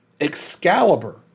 Excalibur